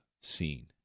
seen